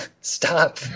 Stop